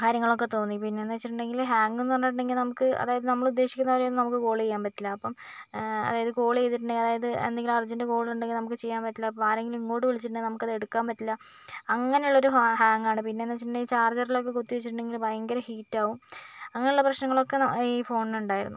കാര്യങ്ങളൊക്കെ തോന്നി പിന്നെന്ന് വെച്ചിട്ടുണ്ടങ്കിൽ ഹാങ്ങ്ന്ന് പറഞ്ഞിട്ടുണ്ടങ്കിൽ നമുക്ക് അതായത് നമ്മൾ ഉദ്ദേശിക്കുന്നത് പോലെയൊന്നും നമുക്ക് കോൾ ചെയ്യാൻ പറ്റില്ല അപ്പം അതായത് കോൾ ചെയ്തിട്ടുണ്ടങ്കിൽ അതായത് എന്തെങ്കിലും അർജന്റ് കോളുണ്ടെങ്കിൽ നമുക്ക് ചെയ്യാൻ പാറ്റില്ല അപ്പം ആരെങ്കിലും ഇങ്ങോട്ട് വിളിച്ചിട്ടുണ്ടങ്കിൽ നമുക്കത് എടുക്കാൻ പറ്റില്ല അങ്ങനെയുള്ളൊരു ഹാങ്ങാണ് പിന്നെന്ന് വച്ചിട്ടുണ്ടെങ്കിൽ ചാർജറിലൊക്കെ കുത്തി വെച്ചിട്ടുണ്ടങ്കിൽ ഭയങ്കര ഹീറ്റ് ആവും അങ്ങനെയുള്ള പ്രശ്നങ്ങളൊക്കെ ഈ ഫോണിന് ഉണ്ടായിരുന്നു